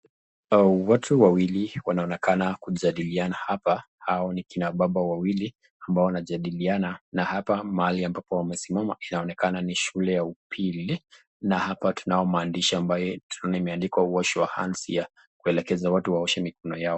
Watu wawili wanaonekana kujadiliana hapana au hao ni kina baba wawili ambao wanajadiliana na hapa mahali ambapo wamesimama inaonekana ni shule ya upili na hapa tunayo maandishi ambayo tunaona imeandikwa wash your hands here kuelekeza watu waoshe mikono yao.